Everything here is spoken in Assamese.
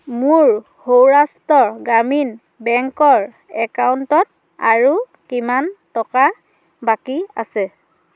মোৰ সৌৰাষ্ট্ৰ গ্ৰামীণ বেংকৰ একাউণ্টত আৰু কিমান টকা বাকী আছে